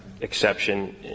exception